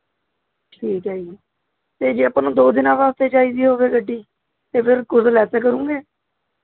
ਠੀਕ ਹੈ ਜੀ ਅਤੇ ਜੇ ਆਪਾਂ ਨੂੰ ਦੋ ਦਿਨਾਂ ਵਾਸਤੇ ਚਾਹੀਦੀ ਹੋਵੇ ਗੱਡੀ ਅਤੇ ਫੇਰ ਕੁਝ ਲੈੱਸ ਕਰੋਂਗੇ